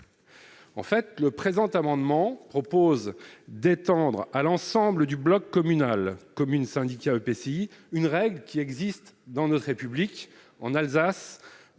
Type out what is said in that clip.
En fait, le présent amendement propose d'étendre à l'ensemble du bloc communal commune syndicale Pesci une règle qui existe dans notre République en Alsace